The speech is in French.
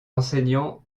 enseignants